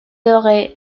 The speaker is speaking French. auraient